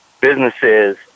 businesses